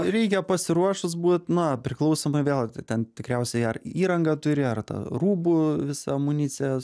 reikia pasiruošus būt na priklausomai vėl ten tikriausiai ar įrangą turi ar tą rūbų visą amuniciją